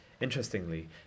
Interestingly